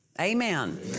Amen